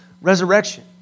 resurrection